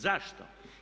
Zašto?